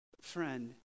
friend